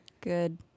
Good